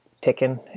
ticking